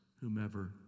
whomever